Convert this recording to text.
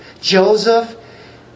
Joseph